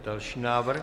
Další návrh.